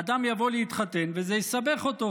אדם יבוא להתחתן וזה יסבך אותו,